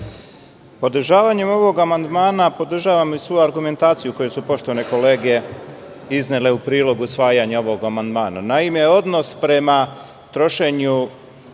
Podržavanjem ovog amandmana podržavam i svu argumentaciju koju su poštovane kolege iznele u prilogu usvajanja ovog amandmana. Naime, odnos prema trošenju